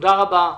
תודה רבה,